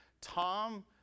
Tom